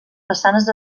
façanes